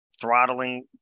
throttling